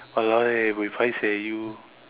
!walao! eh buay paiseh you